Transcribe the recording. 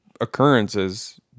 occurrences